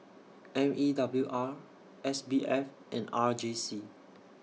M E W R S B F and R J C